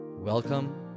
Welcome